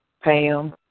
Pam